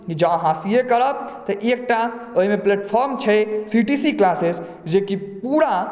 जौं अहाँ C A करब तऽ एकटा ओहिमे प्लेटफार्म छै सी टी सी क्लासेस जेकी पूरा